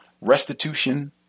Restitution